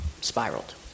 spiraled